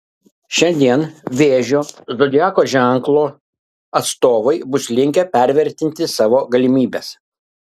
šiandien vėžio zodiako ženklo atstovai bus linkę pervertinti savo galimybes